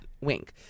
Wink